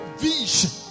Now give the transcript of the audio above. vision